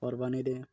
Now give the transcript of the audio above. ଅର୍ ବାନେଇଦ